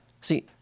See